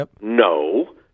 No